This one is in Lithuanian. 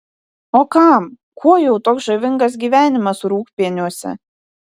o kam kuo jau toks žavingas gyvenimas rūgpieniuose